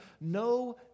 no